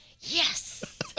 Yes